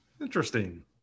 Interesting